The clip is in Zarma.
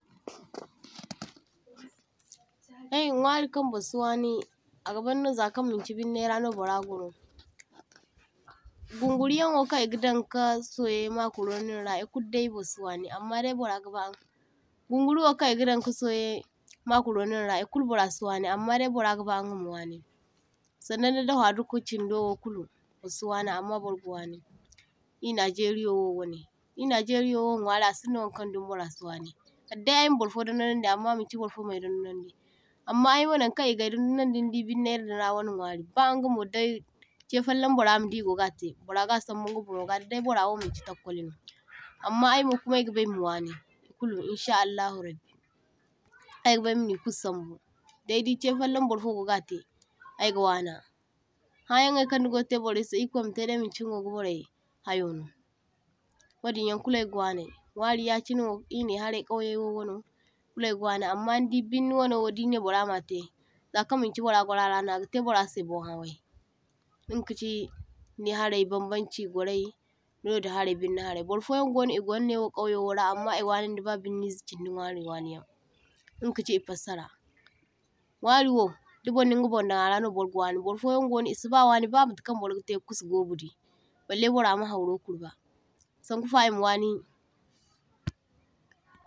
toh - toh In nwari kan bar si wani aga baŋno zakan machi binnai ra no bara goro, gunguriyaŋ wo kan igadan ka soye makaronora ikulu dai bar si wani amma dai bara gaba, gunguri wo kaŋ iga daŋ ka soye macaronora ikul bara si wani amma dai bara gaba inga ma wani, sannaŋ da dafaduka chindowo kulu isi wana amm bar ga wani ir najeria wo waŋne. Ir najeria wo nwari asin da wankaŋ dumo bara si wani, kaddai ai ma barfo dondonaŋdi amma manchi bar fo mai dondonaŋdi, amma aiwo nankaŋ igai dondonaŋdi nidi binnai din ra wana nwari, ba ingamo da che fallaŋ bara madi igoga te bara ga sambu inga banwo ga da dai bara manchi takkwali no, amma aiwo kuma ai gabai ma wani kulu in sha Allahu rabbi, aigabai mani kulu sambu, daidi che falla barfo goga te aiga wana. Hayaŋ wai kan nigo te barai se, irkwai ma tedai manchi nigoga barai hayo no, wadinyaŋ kul aiga wanai, nwari yachine wo ir ne harai kauyeywo wano kul aiga wana, amma nidi binni wano wo di ne bara mate zakan manchi bara gwara’ara no aga te bara se bon hawai, inga kachi ne harai bambanchi gwarai nodin harai binni harai. Bur foyaŋ gono igwar newo kauyo wo ra amma iwa nin da ba binni zi chindi nwari waniyaŋ, inga kachi I fassara. Nwari wo da bar ninga bon daŋ ara no bar ga wani, bar foyaŋ gono isi ba wani ba bar gate ka kusu gobu di balle bara ma hauro kurba sankufa ima wani. toh-toh